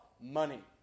money